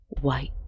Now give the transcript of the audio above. white